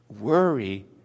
Worry